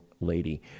lady